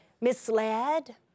Misled